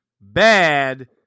bad